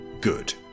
good